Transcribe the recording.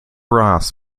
ross